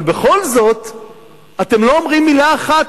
אבל בכל זאת אתם לא אומרים מלה אחת,